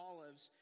Olives